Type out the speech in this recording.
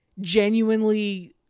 genuinely